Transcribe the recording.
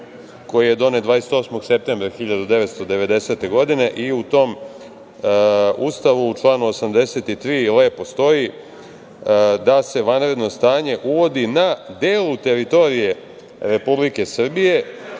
koji je donet 28. septembra 1990. godine i u tom Ustavu u članu 83. lepo stoji da se vanredno stanje uvodi na delu teritorije Republike Srbije…(Zoran